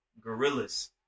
gorillas